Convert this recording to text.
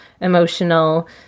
emotional